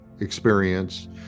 experience